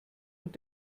und